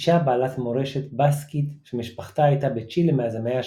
אישה בעלת מורשת באסקית שמשפחתה הייתה בצ'ילה מאז המאה ה־17.